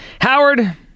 Howard